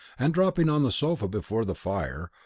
and, dropping on the sofa before the fire,